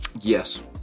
yes